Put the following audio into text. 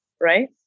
right